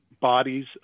bodies